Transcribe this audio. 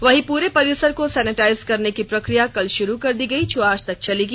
वहीं पूरे परिसर को सैनिटाइज करने की प्रक्रिया कल शुरू कर दी गई जो आज तक चलेगी